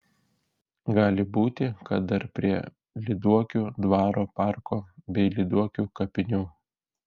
gali būti kad dar prie lyduokių dvaro parko bei lyduokių kapinių